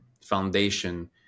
foundation